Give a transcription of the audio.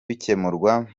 bikemurwa